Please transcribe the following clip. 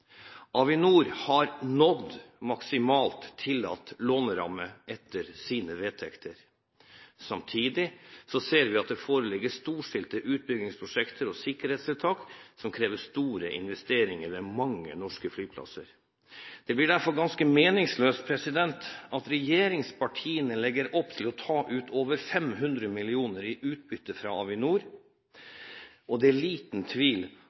Avinor har nådd maksimalt tillatt låneramme etter sine vedtekter. Samtidig ser vi at det foreligger storstilte utbyggingsprosjekter og sikkerhetstiltak som krever store investeringer ved mange norske flyplasser. Det blir derfor ganske meningsløst at regjeringspartiene legger opp til å ta ut over 500 mill. kr i utbytte fra Avinor. Det er liten tvil